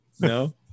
No